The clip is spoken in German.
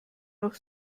noch